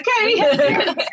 okay